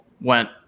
went